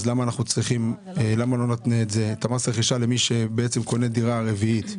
אז למה לא נתנה את מס הרכישה למי שבעצם קונה דירה רביעית?